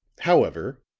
however,